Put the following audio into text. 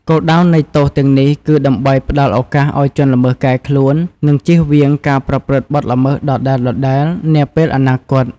គោលដៅនៃទោសទាំងនេះគឺដើម្បីផ្តល់ឱកាសឲ្យជនល្មើសកែខ្លួន និងជៀសវាងការប្រព្រឹត្តបទល្មើសដដែលៗនាពេលអនាគត។